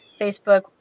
Facebook